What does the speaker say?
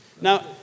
Now